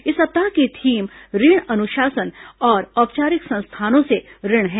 इस सप्ताह की थीम ऋण अनुशासन और औपचारिक संस्थानों से ऋण है